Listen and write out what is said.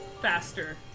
faster